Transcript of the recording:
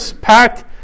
packed